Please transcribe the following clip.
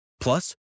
Plus